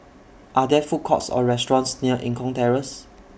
Are There Food Courts Or restaurants near Eng Kong Terrace